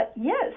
Yes